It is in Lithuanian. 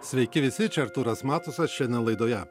sveiki visi čia artūras matusas šiandien laidoje